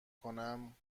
کنم